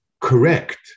correct